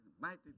mighty